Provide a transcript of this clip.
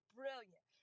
brilliant